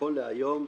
נכון להיום,